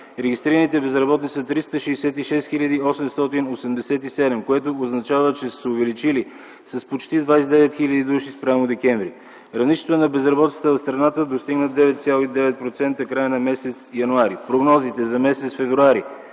регистрираните безработни са 366 хил. 887, което означава, че са се увеличили с почти 29 хил. души спрямо м. декември. Равнището на безработицата в страната достигна 9,9% в края на м. януари. Прогнозите за м. февруари: